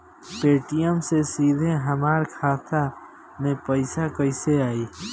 Paytm से सीधे हमरा खाता मे पईसा कइसे आई?